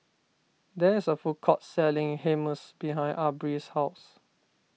there is a food court selling Hummus behind Aubrey's house